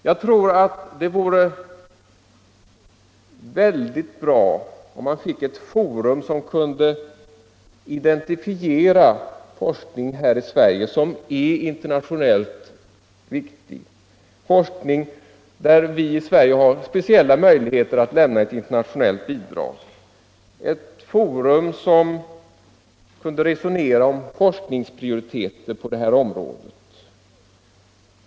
Jag anser att det behövs ett forum som kunde identifiera forskning här i Sverige som är internationellt viktig, forskning där vi i Sverige har speciella möjligheter att lämna ett internationellt bidrag, ett forum där man kunde resonera om forskningsprioriteter på området.